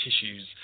tissues